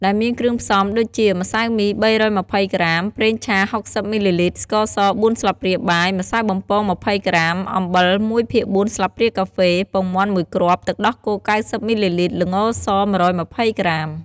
ដែលមានគ្រឿងផ្សំដូចជា ម្សៅមី ៣២០ ក្រាម, ប្រេងឆា ៦០ មីលីលីត្រ, ស្ករស ៤ ស្លាបព្រាបាយ, ម្សៅបំពង ២០ ក្រាម, អំបិល ១ភាគ៤ ស្លាបព្រាកាហ្វេ, ពងមាន់ ១ គ្រាប់, ទឹកដោះគោ ៩០ មីលីលីត្រ, ល្ងស ១២០ ក្រាម។